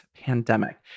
pandemic